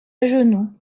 genoux